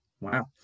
Wow